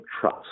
trust